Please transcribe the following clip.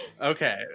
Okay